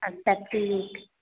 अच्छा ठीक